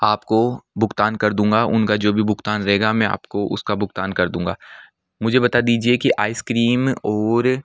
आपको भुगतान कर दूँगा उनका जो भी भुगतान रहेगा मैं आपको उसका भुगतान कर दूँगा मुझे बता दीजिए कि आइसक्रीम और